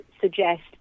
suggest